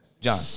John